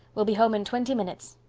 we'll be home in twenty minutes.